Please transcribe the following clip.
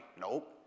Nope